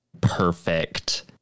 perfect